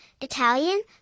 Italian